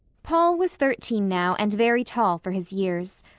paul was thirteen now and very tall for his years.